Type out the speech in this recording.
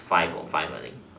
five or five I think